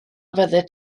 fyddet